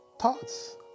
Thoughts